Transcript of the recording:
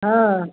हँ